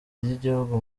ry’igihugu